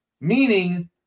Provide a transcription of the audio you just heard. Meaning